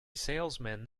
salesman